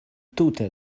tute